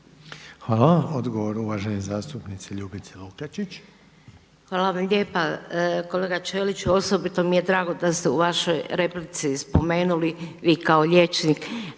Hvala. Odgovor uvažene zastupnice Ljubica Lukačić. **Lukačić, Ljubica (HDZ)** Hvala vam lijepa. Kolega Ćelić osobito mi je drago da ste u vašoj replici spomenuli vi kao liječnik